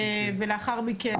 ולאחר מכן,